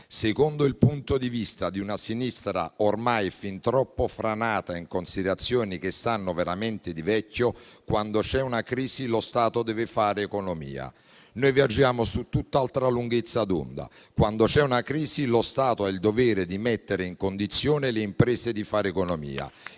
Secondo il punto di vista di una sinistra ormai fin troppo franata in considerazioni che sanno veramente di vecchio, quando c'è una crisi lo Stato deve fare economia. Noi viaggiamo su tutt'altra lunghezza d'onda: quando c'è una crisi, lo Stato ha il dovere di mettere in condizione le imprese di fare economia.